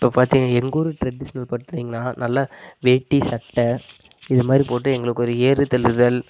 இப்போ பார்த்திங்க எங்கள் ஊர் ட்ரெடிஷ்னல் பார்த்திங்கன்னா நல்ல வேட்டி சட்டை இது மாதிரி போட்டு எங்களுக்கு ஒரு ஏறு தழுவுதல்